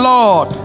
Lord